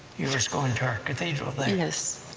you was going to our cathedral then,